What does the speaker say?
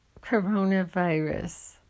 Coronavirus